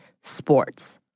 sports